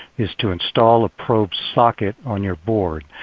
is to install a probe socket on your board.